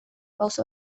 pauso